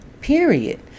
Period